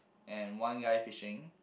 and one guy fishing